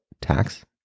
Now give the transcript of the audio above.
tax